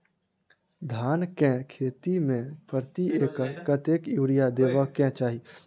धान केँ खेती मे प्रति एकड़ कतेक यूरिया देब केँ चाहि?